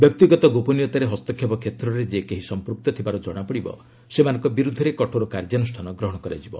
ବ୍ୟକ୍ତିଗତ ଗୋପନୀୟତାରେ ହସ୍ତକ୍ଷେପ କ୍ଷେତ୍ରରେ ଯେ କେହି ସମ୍ପୃକ୍ତ ଥିବାର ଜଣାପଡିବ ସେମାନଙ୍କ ବିରୁଦ୍ଧରେ କଠୋର କାର୍ଯ୍ୟାନୁଷ୍ଠାନ ଗ୍ରହଣ କରାଯିବ